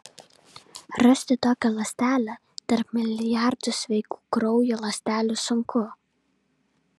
rasti tokią ląstelę tarp milijardų sveikų kraujo ląstelių sunku